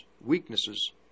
weaknesses